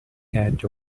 hat